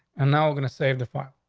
and now we're going to save the file.